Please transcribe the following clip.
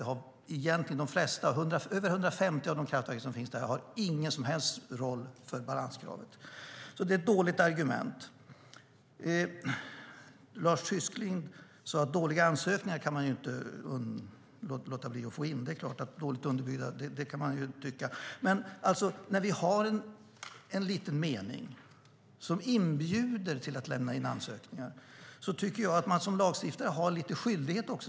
De flesta - över 150 av de kraftverk som finns - spelar ingen som helst roll för balanskravet. Det är alltså ett dåligt argument. Lars Tysklind sade att man inte kan undvika att få in dåliga ansökningar. Det kan man såklart tycka. Men när vi nu har en liten mening som inbjuder till att lämna in ansökningar tycker jag att vi som lagstiftare har vissa skyldigheter.